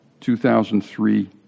2003